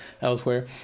elsewhere